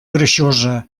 greixosa